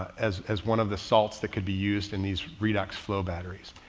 as, as one of the salts that could be used in these redox flow batteries.